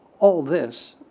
all this,